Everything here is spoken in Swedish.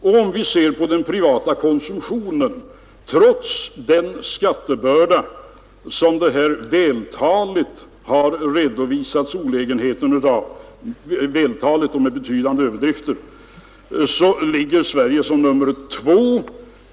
Och om vi ser på den privata konsumtionen ligger Sverige — trots den skattebörda vars olägenheter oppositionens företrädare här vältaligt och med betydande överdrifter har redovisat — som nummer två.